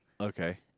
Okay